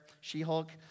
She-Hulk